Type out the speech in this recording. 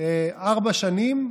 ארבע שנים,